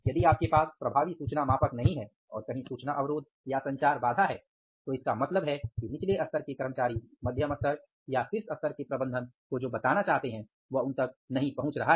यदि आपके पास प्रभावी सूचना मापक नहीं हैं और कहीं सूचना अवरोध या संचार बाधा है तो इसका अर्थ है कि निचले स्तर के कर्मचारी मध्यम स्तर या शीर्ष स्तर के प्रबंधन को जो बताना चाहते हैं वह उन तक नहीं पहुंच रहा है